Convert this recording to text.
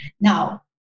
Now